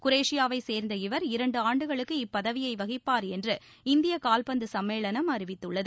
குரேஷியாவைச் சேர்ந்த இவர் இரண்டு ஆண்டுகளுக்கு இப்பதவியை வகிப்பார் என்று இந்திய கால்பந்து சம்மேளனம் அறிவித்துள்ளது